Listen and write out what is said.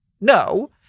no